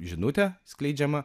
žinutė skleidžiama